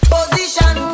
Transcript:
Position